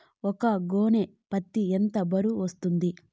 ఒక గోనె పత్తి ఎంత బరువు వస్తుంది?